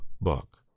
book